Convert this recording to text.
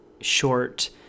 short